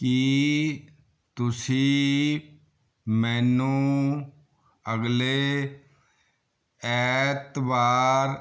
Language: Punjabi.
ਕੀ ਤੁਸੀਂ ਮੈਨੂੰ ਅਗਲੇ ਐਤਵਾਰ